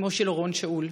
אימו של אורון שאול,